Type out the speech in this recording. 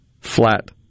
flat